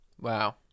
Wow